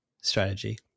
strategy